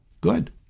good